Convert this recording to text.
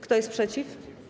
Kto jest przeciw?